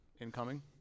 incoming